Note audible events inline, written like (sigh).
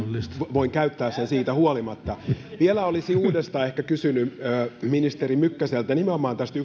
voin käyttää sen siitä huolimatta vielä olisin uudestaan kysynyt ministeri mykkäseltä nimenomaan tästä (unintelligible)